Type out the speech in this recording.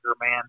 man